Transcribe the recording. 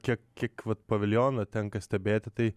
kiek tik vat paviljoną tenka stebėti tai